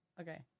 okay